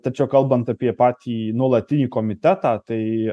tačiau kalbant apie patį nuolatinį komitetą tai